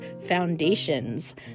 foundations